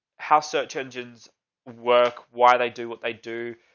how search engines work, why they do what they do,